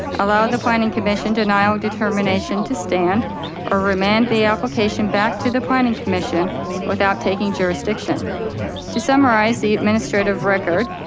allow the planning commission denial, determination to stand or remand the application back to the planning commission without taking jurisdiction to summarize the administrative record,